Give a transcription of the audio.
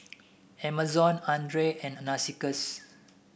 Amazon Andre and Narcissus